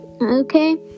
okay